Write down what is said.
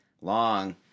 long